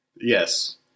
Yes